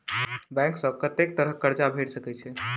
Bank सऽ कत्तेक तरह कऽ कर्जा भेट सकय छई?